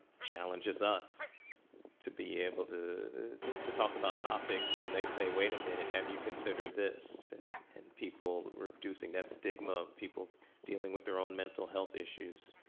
challenges us to be able to to talk about topics when they say, wait a minute. have you considered this? and and people reducing that stigma of people dealing with their own mental health issues.